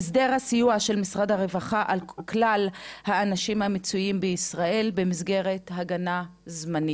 הסיוע של משרד הרווחה על כלל האנשים המצויים בישראל במסגרת הגנה זמנית.